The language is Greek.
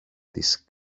της